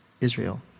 Israel